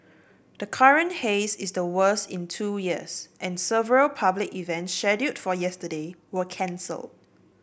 the current haze is the worst in two years and several public events scheduled for yesterday were cancelled